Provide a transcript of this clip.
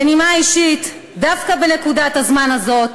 בנימה אישית, דווקא בנקודת הזמן הזאת